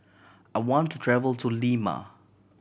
I want to travel to Lima